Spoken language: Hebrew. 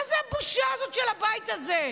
מה זה הבושה הזאת של הבית הזה?